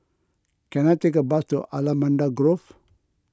can I take a bus to Allamanda Grove